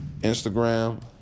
Instagram